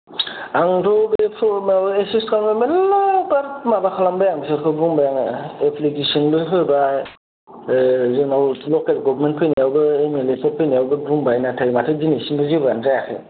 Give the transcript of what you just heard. आंथ' बे माबा सेस्था मेरलाबार माबा खालामबाय आं बिसोरखौ बुंबाय आङो एप्लिकेशनबो होबाय बे जोंनाव लकेल गभमेन्ट फैनायावबो एम एल ए फोर फैनायावबो बुंबाय नाथाय माथो दिनैसिमबो जेबोआनो जायाखै